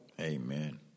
Amen